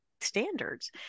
standards